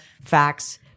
facts